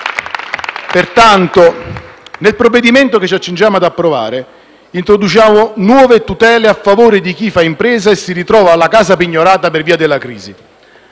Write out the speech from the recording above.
Pertanto, nel provvedimento che ci accingiamo ad approvare introduciamo nuove tutele a favore di chi fa impresa e si ritrova la casa pignorata per via della crisi.